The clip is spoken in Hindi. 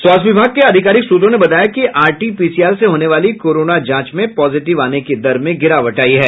स्वास्थ्य विभाग के अधिकारिक सूत्रों ने बताया कि आरटीपीसीआर से होने वाली कोरोना जांच में पॉजिटिव आने की दर में गिरावट आयी है